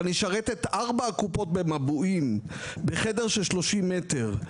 ואני אשלב את ארבע הקופות ביישוב מבועים בחדר של 30 מטר,